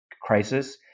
crisis